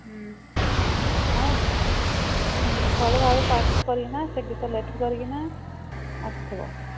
ହଁ ଭଲ ଭାବରେ ପ୍ରାକ୍ଟିସ୍ କରିକିନା ସେଠି ତ ଲେଖି କରିକିନା ଆସିଥିବ